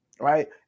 right